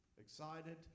excited